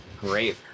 great